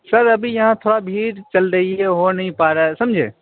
سر ابھی یہاں تھوڑا بھیڑ چل رہی ہے ہو نہیں پا رہا ہے سمجھے